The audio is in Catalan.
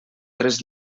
tres